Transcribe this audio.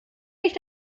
nicht